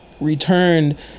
returned